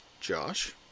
Josh